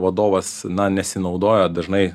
vadovas na nesinaudojo dažnai